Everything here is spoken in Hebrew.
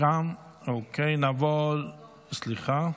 הוא לא צריך לסכם.